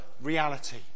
reality